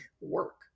work